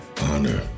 honor